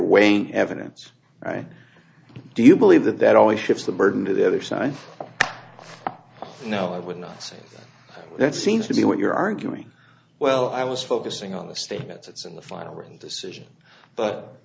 wayne evidence right do you believe that that always shifts the burden to the other side no i would not say that seems to be what you're arguing well i was focusing on the statements in the final written decision but